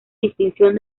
distinción